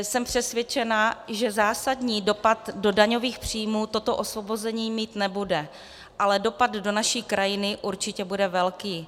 Jsem přesvědčena, že zásadní dopad do daňových příjmů toto osvobození mít nebude, ale dopad do naší krajiny určitě bude velký.